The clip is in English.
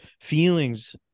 feelings